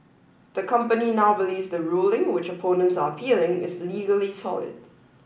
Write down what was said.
the company now believes the ruling which opponents are appealing is legally solid